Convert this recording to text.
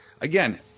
Again